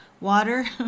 water